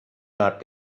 not